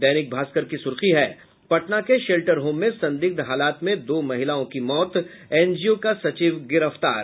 दैनिक भास्कर की सुर्खी है पटना के शेल्टर होम में संदिग्घ हालात में दो महिलाओं की मौत एनजीओ का सचिव गिरफ्तार